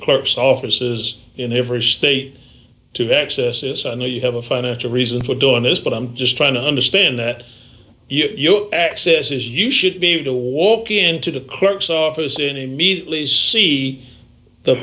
clerks offices in every state to access this and you have a financial reason for doing this but i'm just trying to understand that your access is you should be to walk into the clerk's office in immediately see the